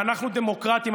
ואנחנו דמוקרטים.